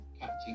catching